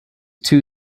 two